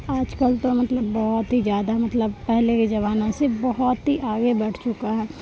آج کل تو مطلب بہت ہی زیادہ مطلب پہلے کے زمانوں سے بہت ہی آگے بڑھ چکا ہے